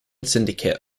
syndicate